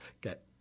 get